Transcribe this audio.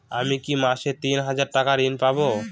আমি কি মাসে তিন হাজার টাকার ঋণ পাবো?